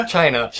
China